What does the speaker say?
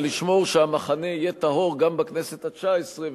ולשמור שהמחנה יהיה טהור גם בכנסת התשע-עשרה,